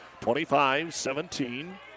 25-17